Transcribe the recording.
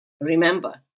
Remember